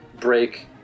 break